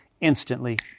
Instantly